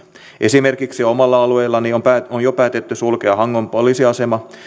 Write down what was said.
esimerkiksi omalla alueellani on on jo päätetty sulkea hangon poliisiasema